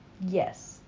Yes